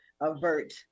avert